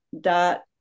dot